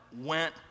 went